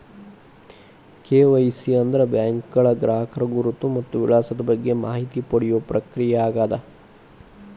KYC ಅಂದ್ರ ಬ್ಯಾಂಕ್ಗಳ ಗ್ರಾಹಕರ ಗುರುತು ಮತ್ತ ವಿಳಾಸದ ಬಗ್ಗೆ ಮಾಹಿತಿನ ಪಡಿಯೋ ಪ್ರಕ್ರಿಯೆಯಾಗ್ಯದ